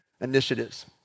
initiatives